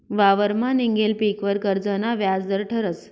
वावरमा निंघेल पीकवर कर्जना व्याज दर ठरस